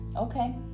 Okay